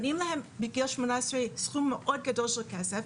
נותנים להם בגיל 18 סכום גדול של כסף,